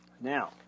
now